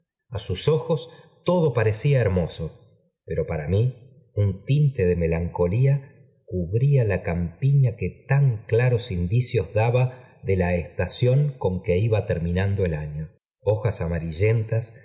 a sus ojos todo parecía hermoso pero para mí un tinte de melancolía cu brfa la campiña que tan claros indicios daba de la estación con que iba terminando el afio hojas amarillentas